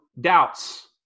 doubts